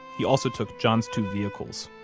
he also took john's two vehicles.